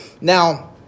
Now